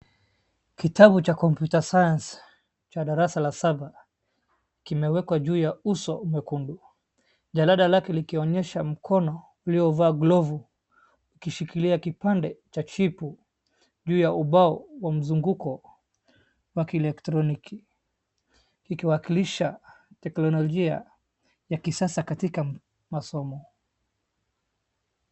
Kitabu cha Computer Science cha darasa la saba kimewekwa juu ya uso mwekundu. Jalada lake likionyesha mkono uliovaa glovu ukishikilia kipande cha chipu juu ya umbao wa mzunguko wa kielektroniki ikiwakilisha teknologia ya kisasa katika masomo.